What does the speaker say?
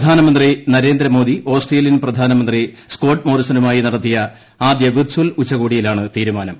പ്രധാനമന്ത്രി നരേന്ദ്രമോദി ഓസ്ട്രേലിയൻ പ്രധാനമന്ത്രി സ്കോട്ട്മോറിസണുമായി നടത്തിയ ആദ്യ വിർച്ചൽ ഉച്ചകോടിയിലാണ് തീരുമാനം